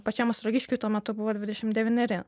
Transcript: pačiam ostrogiškiui tuo metu buvo dvidešimt devyneri